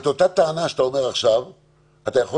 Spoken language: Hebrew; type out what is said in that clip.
את אותה טענה שאתה אומר עכשיו אתה יכול